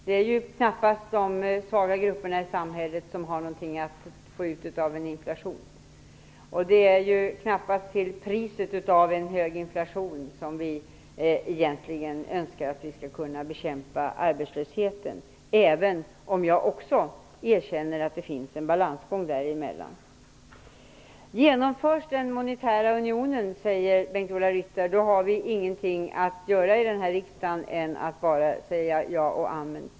Det är ju knappast de svaga grupperna i samhället som har något att tjäna på en inflation. Och det är knappast till priset av en hög inflation som vi egentligen önskar att det skulle gå att bekämpa arbetslösheten. Men också jag erkänner att det finns en balansgång där. Bengt-Ola Ryttar säger: Genomförs den monetära unionen har vi här i riksdagen inget annat att göra än att säga ja och amen.